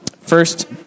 First